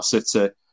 city